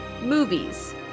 movies